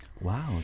Wow